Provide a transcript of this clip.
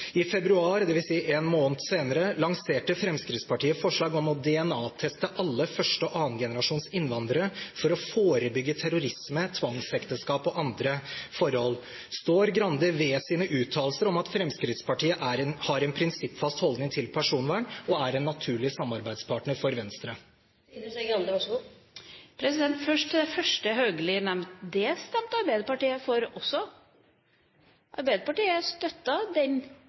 I februar, dvs. en måned senere, lanserte Fremskrittspartiet forslag om å DNA-teste alle første- og annengenerasjons innvandrere for å forebygge terrorisme, tvangsekteskap og andre forhold. Står Skei Grande ved sine uttalelser om at Fremskrittspartiet har en prinsippfast holdning til personvern, og er en naturlig samarbeidspartner for Venstre? Først til det første Haugli nevnte. Det stemte Arbeiderpartiet for også. Arbeiderpartiet støttet den